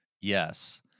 Yes